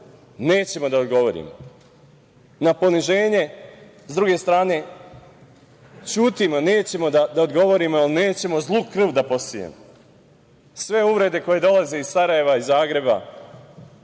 nećemo da odgovorimo, na poniženje, s druge strane, ćutimo, nećemo da odgovorimo jer nećemo zlu krv da posejemo. Sve uvrede koje dolaze iz Sarajeva i iz Zagreba